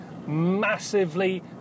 massively